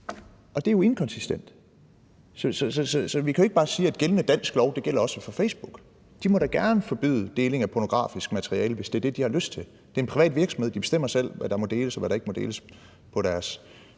og det er jo inkonsistent. Så vi kan jo ikke bare sige, at gældende dansk lov også gælder for Facebook. De må da gerne forbyde deling af pornografisk materiale, hvis det er det, de har lyst til. Det er en privat virksomhed, og de bestemmer selv, hvad der må deles, og hvad der ikke må deles på deres